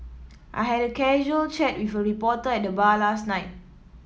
I had a casual chat with a reporter at the bar last night